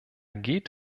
geht